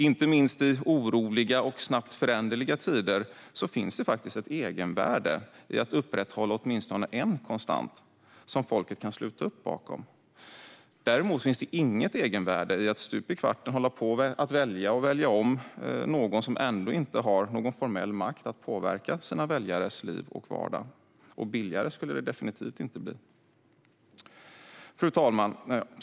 Inte minst i oroliga och snabbt föränderliga tider finns det faktiskt ett egenvärde i att upprätthålla åtminstone en konstant som folket kan sluta upp bakom. Däremot finns inget egenvärde i att stup i kvarten hålla på att välja och välja om någon som ändå inte har någon formell makt att påverka sina väljares liv och vardag. Och billigare skulle det definitivt inte bli. Fru talman!